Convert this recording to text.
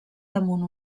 damunt